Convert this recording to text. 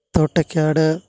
Thottakkad